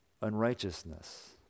unrighteousness